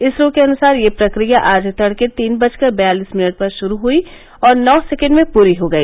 इसरो के अनुसार यह प्रक्रिया आज तड़के तीन बजकर बयालिस मिनट पर शुरू हुई और नौ सैंकेड में पूरी हो गई